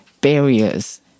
barriers